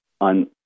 on